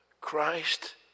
Christ